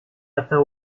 atteint